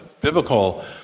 biblical